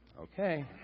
Okay